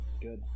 good